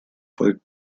volk